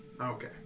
Okay